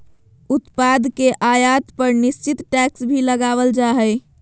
उत्पाद के आयात पर निश्चित टैक्स भी लगावल जा हय